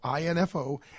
INFO